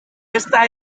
ezta